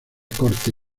corte